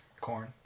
corn